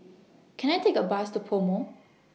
Can I Take A Bus to Pomo